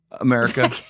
america